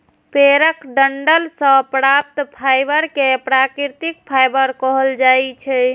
पेड़क डंठल सं प्राप्त फाइबर कें प्राकृतिक फाइबर कहल जाइ छै